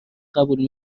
قبول